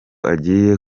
agiye